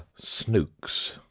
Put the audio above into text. snooks